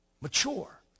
Mature